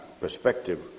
perspective